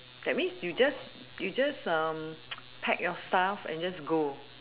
that means you just you just pack your stuff and just go